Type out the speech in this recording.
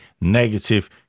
negative